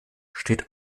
steht